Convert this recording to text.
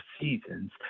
seasons